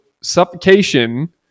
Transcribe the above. suffocation